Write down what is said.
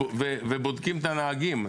ובודקים את הנהגים.